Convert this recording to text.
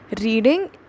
reading